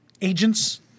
agents